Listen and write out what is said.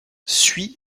suis